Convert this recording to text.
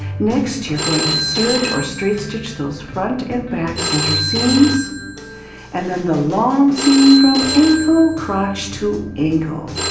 next you're going to serge or straight stitch those front and back center seams and then the long seam from ankle, crotch to ankle.